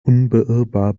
unbeirrbar